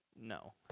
No